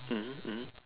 mmhmm mmhmm